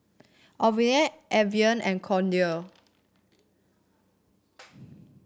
Ocuvite Avene and Kordel's